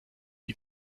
wie